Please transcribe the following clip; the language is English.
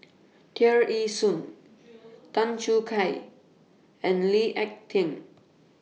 Tear Ee Soon Tan Choo Kai and Lee Ek Tieng